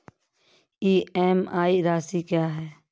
EMI राशि क्या है?